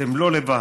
אתם לא לבד.